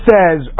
says